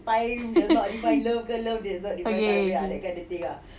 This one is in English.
okay okay